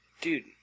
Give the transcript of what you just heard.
Dude